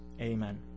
amen